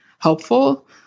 Helpful